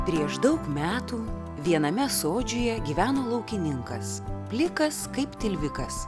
prieš daug metų viename sodžiuje gyveno laukininkas plikas kaip tilvikas